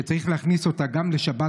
שצריך להכניס אותה גם לשבת,